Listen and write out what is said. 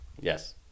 Yes